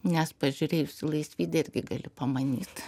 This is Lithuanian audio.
nes pažiūrėjus į laisvydę irgi gali pamanyt